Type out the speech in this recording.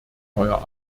neuer